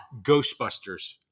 ghostbusters